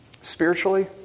Spiritually